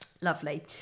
lovely